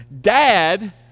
Dad